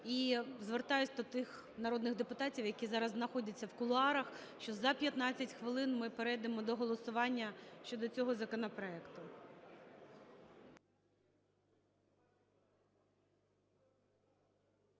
І звертаюся до тих народних депутатів, які зараз знаходяться в кулуарах, що за 15 хвилин ми перейдемо до голосування щодо цього законопроекту.